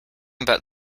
about